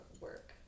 work